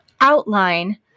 outline